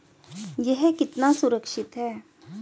यह कितना सुरक्षित है?